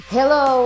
Hello